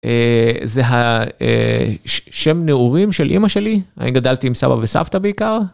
זה השם נעורים של אימא שלי, אני גדלתי עם סבא וסבתא בעיקר.